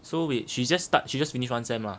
so what she just start she just finish one sem ah